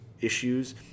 issues